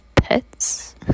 pets